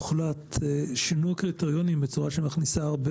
הוחלט שינוע קריטריונים בצורה שמכניסה הרבה